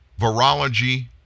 Virology